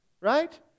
right